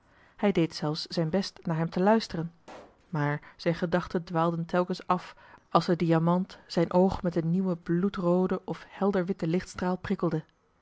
hij deed zelfs zijn best naar hem te luisteren maar zijn gedachten dwaalden telkens af als de diamant zijn oog met een nieuwen bloedrooden of helder witten lichtstraal prikkelde